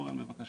אורן, בקשה.